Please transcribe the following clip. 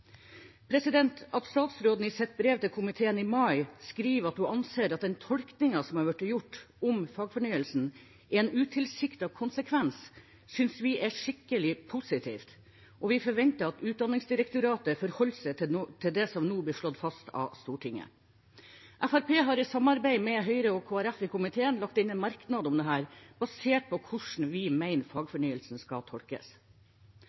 At statsråden i sitt brev til komiteen i mai skriver at hun anser at den tolkningen som har blitt gjort av fagfornyelsen, er en utilsiktet konsekvens, synes vi er skikkelig positivt, og vi forventer at Utdanningsdirektoratet forholder seg til det som nå blir slått fast av Stortinget. Fremskrittspartiet har i samarbeid med Høyre og Kristelig Folkeparti i komiteen lagt inn en merknad om dette, basert på hvordan vi mener fagfornyelsen skal tolkes.